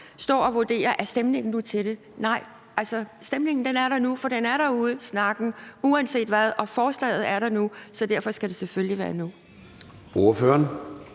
stå og vurdere, om stemningen nu er til det. Nej, stemningen er der nu, for snakken er derude uanset hvad, og forslaget er der nu, så derfor skal det selvfølgelig være nu.